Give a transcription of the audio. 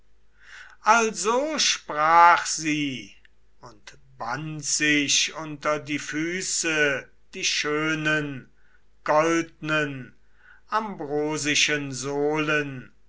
also sprach sie und band sich unter die füße die schönen goldnen ambrosischen sohlen